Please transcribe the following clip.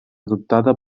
adoptada